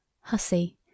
Hussy